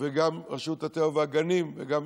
וגם רשות הטבע והגנים וגם